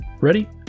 Ready